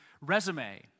resume